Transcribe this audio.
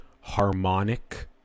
harmonic